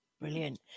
brilliant